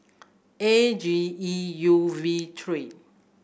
A G E U V three